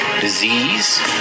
disease